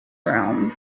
realm